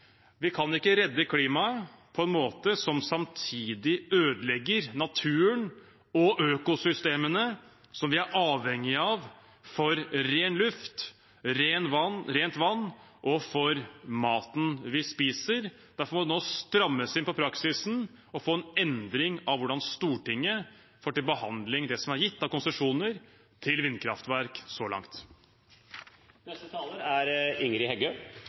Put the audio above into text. Vi kan ikke redde klimaet på en måte som samtidig ødelegger naturen og økosystemene som vi er avhengig av for ren luft, rent vann og for maten vi spiser. Derfor må det nå strammes inn på praksisen, og vi må få en endring av hvordan Stortinget får til behandling det som så langt er gitt av konsesjoner til vindkraftverk.